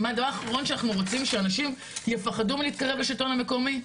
הדבר האחרון שאנחנו רוצים זה שאנשים יפחדו מלהתקרב לשלטון המקומי.